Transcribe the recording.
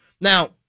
Now